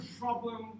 problem